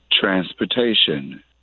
transportation